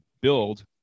build